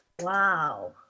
Wow